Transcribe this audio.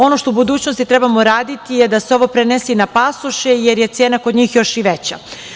Ono što u budućnosti treba da uradimo jeste da se ovo prenese i na pasoše, jer je cena kod njih još i veća.